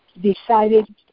decided